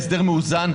ההסדר מאוזן,